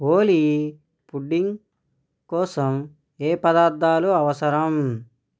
ఓలీ pudding కోసం ఏ పదార్థాలు అవసరం